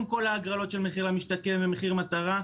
כל ההגרלות של מחיר למשתכן ומחיר מטרה,